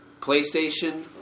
PlayStation